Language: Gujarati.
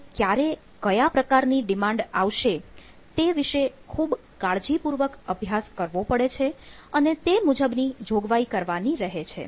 એટલે ક્યારે કયા પ્રકારની ડિમાન્ડ આવશે તે વિશે ખૂબ કાળજીપૂર્વક અભ્યાસ કરવો પડે છે અને તે મુજબ ની જોગવાઈ કરવાની રહે છે